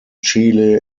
chile